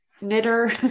knitter